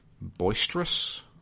boisterous